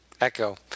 Echo